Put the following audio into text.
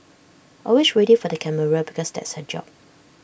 always ready for the camera because that's her job